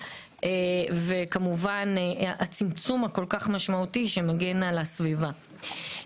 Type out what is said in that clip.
וכמובן הצמצום הכה משמעותי שמגן על הסביבה.